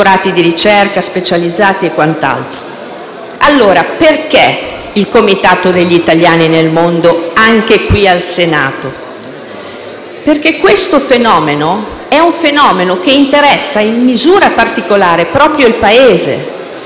allora, il Comitato degli italiani nel mondo anche qui al Senato? Perché questo fenomeno interessa in misura particolare proprio il Paese,